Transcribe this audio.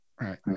Right